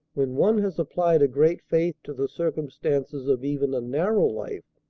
when one has applied a great faith to the circumstances of even a narrow life,